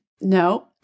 No